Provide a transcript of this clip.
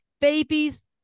babies